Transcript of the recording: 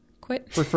quit